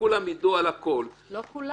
וכולם ידעו על הכול --- לא כולם,